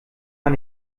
man